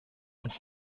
und